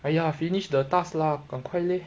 !aiya! finish the task lah 赶快 leh